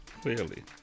Clearly